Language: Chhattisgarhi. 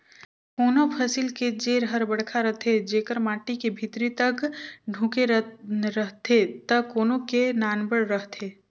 कोनों फसिल के जेर हर बड़खा रथे जेकर माटी के भीतरी तक ढूँके रहथे त कोनो के नानबड़ रहथे